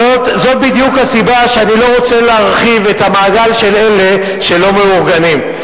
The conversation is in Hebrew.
זאת בדיוק הסיבה שאני לא רוצה להרחיב את המעגל של אלה שלא מאורגנים.